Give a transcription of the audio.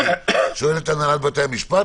אני שואל את הנהלת בתי המשפט,